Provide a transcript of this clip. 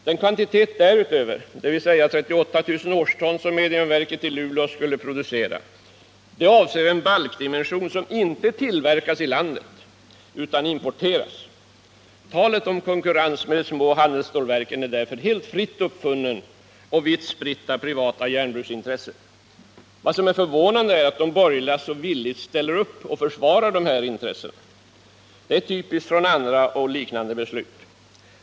Den kvantitet därutöver, dvs. 38 000 årston, som mediumvalsverket i Luleå skulle producera avser en balkdimension som inte tillverkas i landet utan importeras. Talet om konkurrens med de små handelsstålverken är därför fritt uppfunnet och vitt spritt av privata järnbruksintressen. Vad som är förvånande är att de borgerliga så villigt ställer upp och försvarar dessa intressen, men det är typiskt med tanke på vad som gällt i samband med andra beslut i liknande frågor.